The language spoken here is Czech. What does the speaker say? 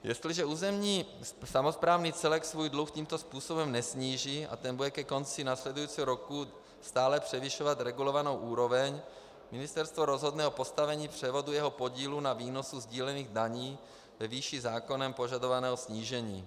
Jestliže územní samosprávný celek svůj dluh tímto způsobem nesníží a ten bude ke konci následujícího roku stále převyšovat regulovanou úroveň, ministerstvo rozhodne o pozastavení převodu jeho podílu na výnosu sdílených daní ve výši zákonem požadovaného snížení.